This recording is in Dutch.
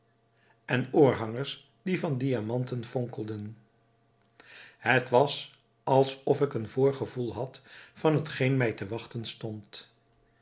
en oorhangers die van diamanten fonkelden het was als of ik een voorgevoel had van hetgeen mij te wachten stond